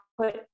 put